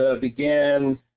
began